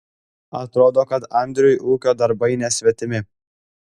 atrodo kad andriui ūkio darbai nesvetimi